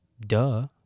Duh